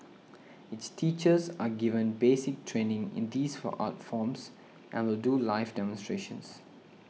its teachers are given basic training in these art forms and will do live demonstrations